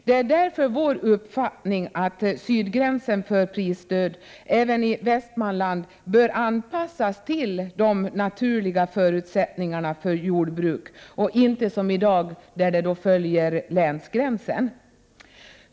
Det är därför vår uppfattning att sydgränsen för prisstöd även i Västmanland bör anpassas till de naturliga förutsättningarna för jordbruk och inte som i dag följa länsgränsen.